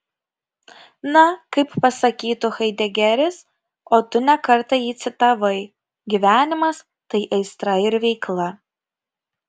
na kaip pasakytų haidegeris o tu ne kartą jį citavai gyvenimas tai aistra ir veikla